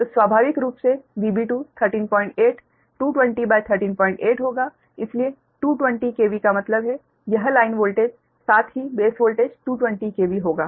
तो स्वाभाविक रूप से VB2 138 220138 होगा इसलिए 220 KV का मतलब है यह लाइन वोल्टेज साथ ही बेस वोल्टेज 220 KV होगा